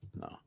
no